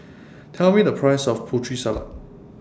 Tell Me The Price of Putri Salad